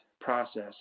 process